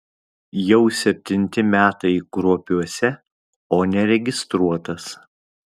jau septinti metai kruopiuose o neregistruotas